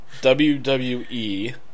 WWE